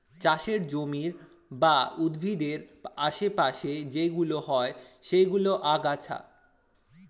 চাষের জমির বা উদ্ভিদের আশে পাশে যেইগুলো হয় সেইগুলো আগাছা